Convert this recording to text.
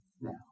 now